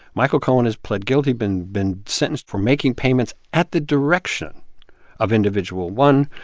michael cohen has pled guilty, been been sentenced for making payments at the direction of individual one